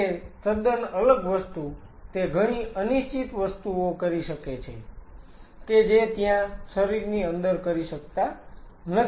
અને તે તદ્દન અલગ વસ્તુ તે ઘણી અનિશ્ચિત વસ્તુઓ કરી શકે છે કે જે ત્યાં શરીરની અંદર કરી શકતા નથી